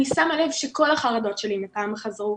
אני שמה לב שכל החרדות שלי מפעם חזרו,